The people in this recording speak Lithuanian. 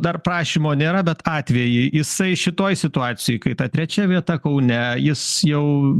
dar prašymo nėra bet atvejį jisai šitoj situacijoj kai ta trečia vieta kaune jis jau